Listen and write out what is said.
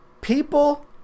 people